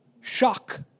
shock